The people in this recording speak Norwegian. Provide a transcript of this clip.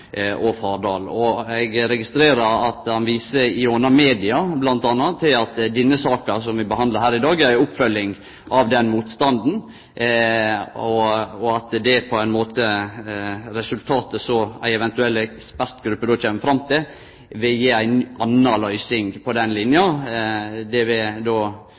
og Fardal? Eg registrerer at han, bl.a. i media, viser til at den saka som vi behandlar her i dag, er ei oppfølging av denne motstanden, og at resultatet som ei eventuell ekspertgruppe kjem fram til, vil føre til at ein får ei anna løysing når det gjeld denne linja. Det vil då